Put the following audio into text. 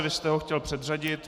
Vy jste ho chtěl předřadit.